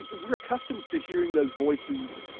we're accustomed to hearing those voices,